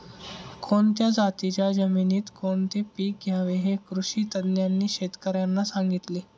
कोणत्या जातीच्या जमिनीत कोणते पीक घ्यावे हे कृषी तज्ज्ञांनी शेतकर्यांना सांगितले